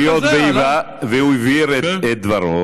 היות שהוא הבהיר את דברו,